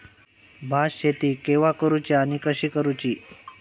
भात शेती केवा करूची आणि कशी करुची?